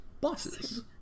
bosses